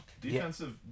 Defensive